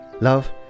Love